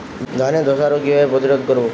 ধানে ধ্বসা রোগ কিভাবে প্রতিরোধ করব?